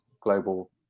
global